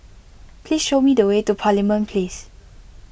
please show me the way to Parliament Place